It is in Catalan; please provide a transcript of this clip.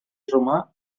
romà